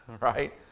right